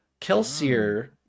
Kelsier